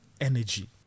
energy